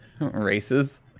Races